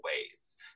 ways